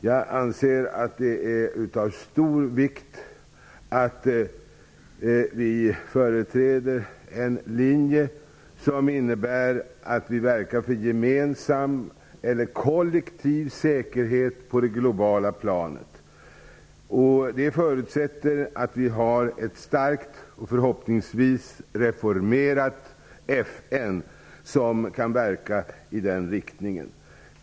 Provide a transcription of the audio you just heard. Jag anser att det är av stor vikt att vi företräder en linje som innebär att vi verkar för gemensam eller kollektiv säkerhet på det globala planet. Det förutsätter att vi har ett starkt och förhoppningsvis reformerat FN som kan verka i den riktningen.